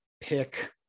pick